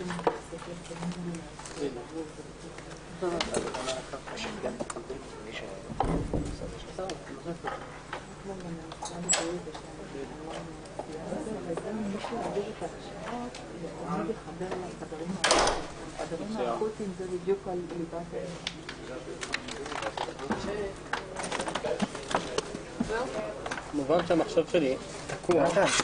בשעה 15:34.